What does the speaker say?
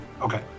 Okay